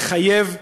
מחייב,